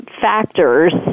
factors